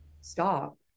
stop